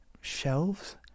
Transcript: Shelves